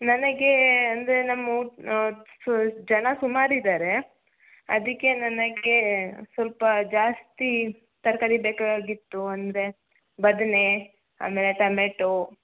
ನನಗೆ ಅಂದರೆ ನಮ್ಮ ಊ ಜನ ಸುಮಾರಿದ್ದಾರೆ ಅದಕ್ಕೆ ನನಗೆ ಸ್ವಲ್ಪ ಜಾಸ್ತಿ ತರಕಾರಿ ಬೇಕಾಗಿತ್ತು ಅಂದರೆ ಬದನೆ ಆಮೇಲೆ ಟಮೇಟೋ